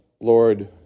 Lord